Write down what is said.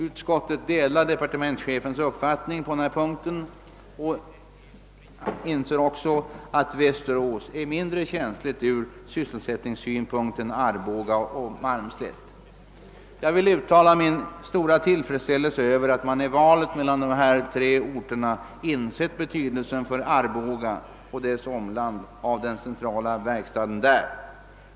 Utskottet delade departementschefens uppfattning på denna punkt och anser också att Västerås är mindre känsligt ur sysselsättningssynpunkt än Arboga och Malmslätt. Jag vill uttala min stora tillfredsställelse över att man vid valet mellan dessa tre orter insett betydelsen av den centrala verkstaden för Arboga och dess omland.